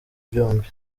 byombi